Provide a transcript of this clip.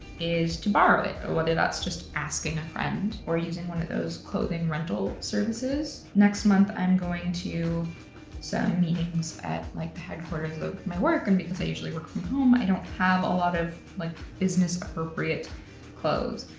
is to borrow it. or whether that's just asking a friend, or using one of those clothing rental services. next month i'm going to some meetings at like the headquarters of my work, and because i usually work from home, i don't have a lot of like business-appropriate clothes,